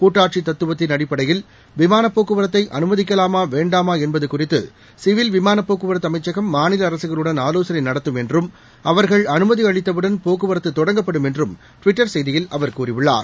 கூட்டாட்சி தத்துவத்தின் அடிப்படையில் விமானப் போக்குவரத்தை அனுமதிக்கலாமா வேண்டாமா என்பது குறித்து சிவில் விமானப் போக்குவரத்து அமைச்சகம் மாநில அரசுகளுடன் ஆலோசனை நடத்தும் என்றும் அனுமதி கிடைத்தவுடன் போக்குவரத்து தொடஙகப்படும் என்றும் டுவிட்டர் செய்தியில் அவர் கூறியுள்ளார்